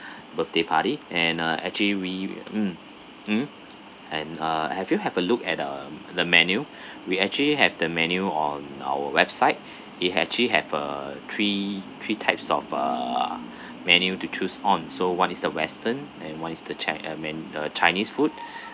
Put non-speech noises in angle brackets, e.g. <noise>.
<breath> birthday party and uh actually we mm mm and uh have you have a look at the the menu <breath> we actually have the menu on our website it actually have a three three types of uh menu to choose on so one is the western and one is the chi~ uh men~ uh chinese food <breath>